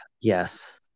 Yes